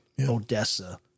Odessa